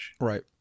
Right